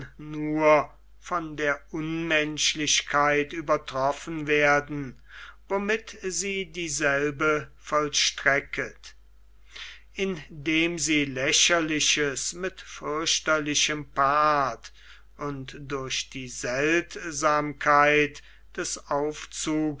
nur von der unmenschlichkeit übertroffen werden womit sie dieselben vollstreckt indem sie lächerliches mit fürchterlichem paart und durch die seltsamkeit des aufzugs